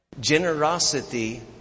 Generosity